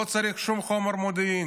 לא צריך שום חומר מודיעיני.